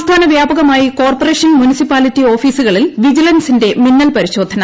സംസ്ഥാന വ്യാപകമായി corporation municipality ഓഫീസുകളിൽ വിജിലൻസിന്റെ മിന്നൽ പരിശോധന